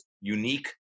unique